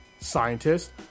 scientists